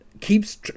keeps